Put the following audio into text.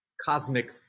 cosmic